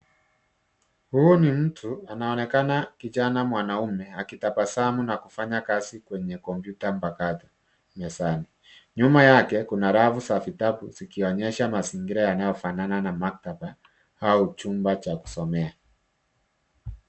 Huu ni mtu, anaonekana kijana mwanaume akitabasamu na kufanya kazi kwenye kompyuta mpakato mezani. Nyuma yake, kuna rafu za vitabu zikionyesha mazingira yanayofanana na maktaba au chumba cha kusomea.